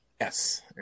Yes